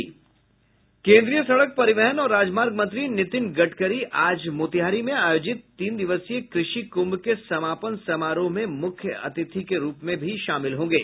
केंद्रीय सड़क परिवहन और राजमार्ग मंत्री नितिन गडकरी आज मोतिहारी में आयोजित तीन दिवसीय कृषि कुंभ के समापन समारोह में मुख्य अतिथि के रूप में शामिल होंगे